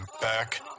back